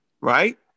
right